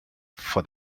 for